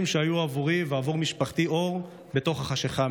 שהיו עבורי ועבור משפחתי אור בתוך החשכה",